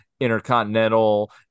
intercontinental